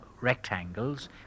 rectangles